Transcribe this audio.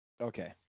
Okay